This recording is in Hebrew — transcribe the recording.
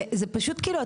זה פשוט כאילו,